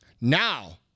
Now